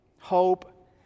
hope